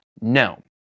no